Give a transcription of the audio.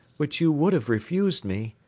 which you would have refused me.